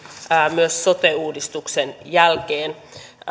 myös sote uudistuksen jälkeen